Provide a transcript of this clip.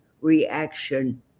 reaction